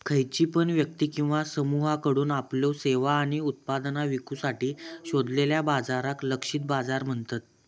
खयची पण व्यक्ती किंवा समुहाकडुन आपल्यो सेवा आणि उत्पादना विकुसाठी शोधलेल्या बाजाराक लक्षित बाजार म्हणतत